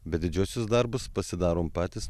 bet didžiuosius darbus pasidarom patys